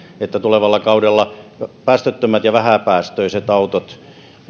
että tulevalla kaudella päästöttömät ja vähäpäästöiset autot